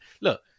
Look